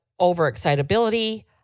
overexcitability